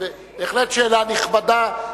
בהחלט שאלה נכבדה,